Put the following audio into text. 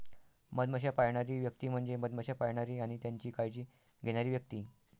मधमाश्या पाळणारी व्यक्ती म्हणजे मधमाश्या पाळणारी आणि त्यांची काळजी घेणारी व्यक्ती